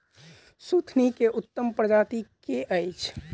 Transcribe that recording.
सुथनी केँ उत्तम प्रजाति केँ अछि?